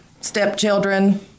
stepchildren